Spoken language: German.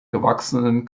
gewachsenen